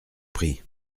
prie